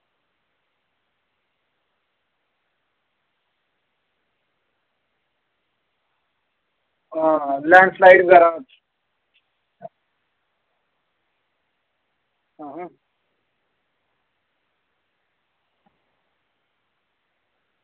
हां landslide वगैरा